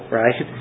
right